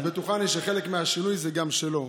אז בטוחני שחלק מהשינוי זה גם שלו.